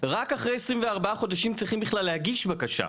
רק אחרי 24 חודשים צריכים בכלל להגיש בקשה.